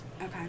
Okay